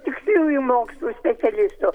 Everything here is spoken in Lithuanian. tiksliųjų mokslų specialistų